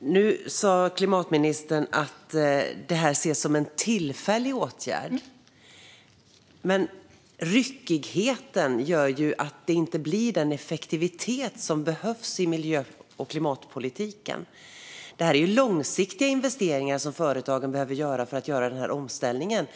Nu sa klimatministern att det här ses som en tillfällig åtgärd. Men ryckigheten gör att det inte blir den effektivitet som behövs i miljö och klimatpolitiken. Det är långsiktiga investeringar som företagen behöver göra för omställningen.